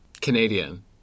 Canadian